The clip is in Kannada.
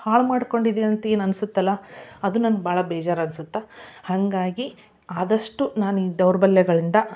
ಹಾಳು ಮಾಡ್ಕೊಂಡಿದ್ದೀನಿ ಅಂತ ಏನು ಅನ್ಸುತ್ತೆ ಅಲ್ಲ ಅದು ನನ್ಗ ಭಾಳ ಬೇಜಾರು ಅನ್ಸತ್ತೆ ಹಾಗಾಗಿ ಆದಷ್ಟು ನಾನು ಈ ದೌರ್ಬಲ್ಯಗಳಿಂದ